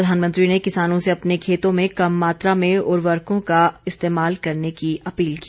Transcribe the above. प्रधानमंत्री ने किसानों से अपने खेतों में कम मात्रा में उर्वरकों का इस्तेमाल करने की अपील की